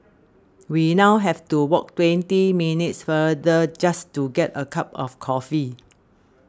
we now have to walk twenty minutes farther just to get a cup of coffee